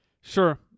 Sure